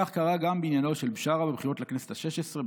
כך קרה גם בעניינו של בשארה בבחירות לכנסת השש-עשרה,